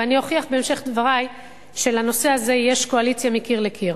ואני אוכיח בהמשך דברי שלנושא הזה יש קואליציה מקיר לקיר.